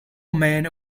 woman